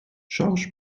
georges